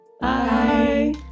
bye